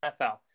NFL